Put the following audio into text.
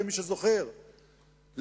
מי שזוכר,